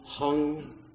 Hung